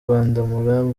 rwandamura